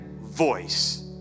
voice